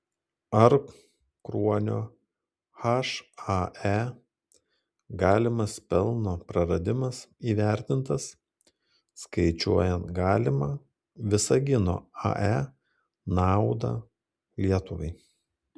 ar kruonio hae galimas pelno praradimas įvertintas skaičiuojant galimą visagino ae naudą lietuvai